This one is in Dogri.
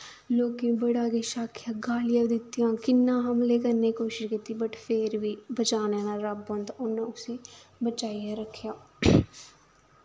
लोकें ब़ड़ा किश आखेआ गालियां बी दित्तियां इ'यां हमले करने दि कोशश कीती बट फिर बी बचाने आह्ला रब्ब होंदा उन्नै उसी बचाइयै रक्खेआ